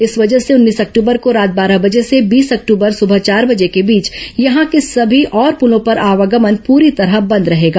इस वजह से उन्नीस अक्टूबर को रात बारह बजे से बीस अक्टूबर की सुबह चार बजे के बीच यहां के सभी और पूलों पर आवागमन पूरी तरह बंद रहेगा